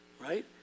right